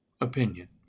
opinion